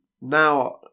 now